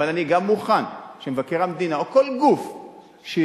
אבל אני גם מוכן שמבקר המדינה או כל גוף שירצה,